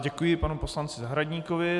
Děkuji panu poslanci Zahradníkovi.